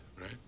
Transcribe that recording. right